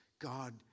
God